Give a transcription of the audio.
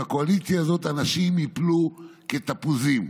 "בקואליציה הזאת אנשים ייפלו כתפוזים.